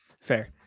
Fair